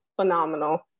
phenomenal